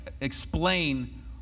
explain